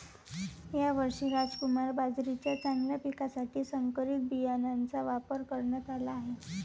यावर्षी रामकुमार बाजरीच्या चांगल्या पिकासाठी संकरित बियाणांचा वापर करण्यात आला आहे